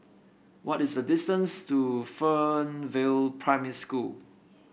what is the distance to Fernvale Primary School